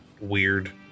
weird